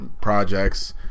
projects